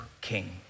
king